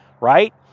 right